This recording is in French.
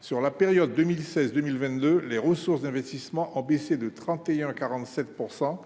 sur la période 2016-2022, les ressources d'investissement ont baissé de 31,47 %